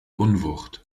unwucht